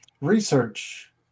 research